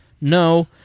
No